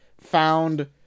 found